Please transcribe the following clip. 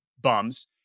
bums